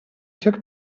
took